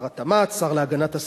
שר התמ"ת, השר להגנת הסביבה,